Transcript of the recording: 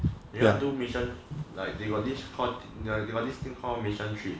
you wanna do missions like they got this thing called mission trip